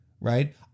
right